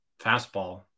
fastball